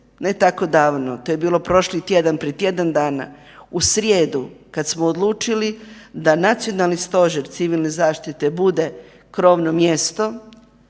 ne tako davno, to je bilo prošli tjedan, prije tjedan dana, u srijedu kad smo odlučili da Nacionalni stožer civilne zaštite bude krovno mjesto